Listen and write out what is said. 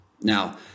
Now